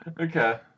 Okay